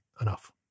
enough